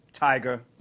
tiger